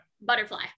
Butterfly